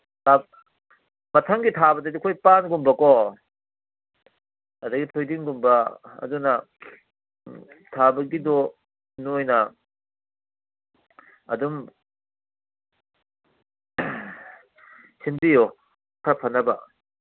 ꯃꯊꯪꯒꯤ ꯊꯥꯕꯗꯗꯤ ꯑꯩꯈꯣꯏ ꯄꯥꯟꯒꯨꯝꯕꯀꯣ ꯑꯗꯩ ꯊꯣꯏꯗꯤꯡꯒꯨꯝꯕ ꯑꯗꯨꯅ ꯊꯥꯕꯒꯤꯗꯣ ꯅꯣꯏꯅ ꯑꯗꯨꯝ ꯁꯤꯟꯕꯤꯌꯣ ꯈꯔ ꯐꯅꯕ